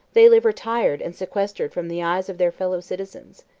they live retired and sequestered from the eyes of their fellow-citizens.